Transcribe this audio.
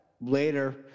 later